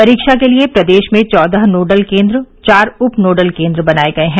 परीक्षा के लिये प्रदेश में चौदह नोडल केन्द्र चार उप नोडल केन्द्र बनाये गये हैं